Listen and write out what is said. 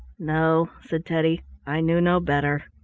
no, said teddy, i knew no better.